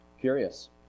curious